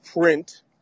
print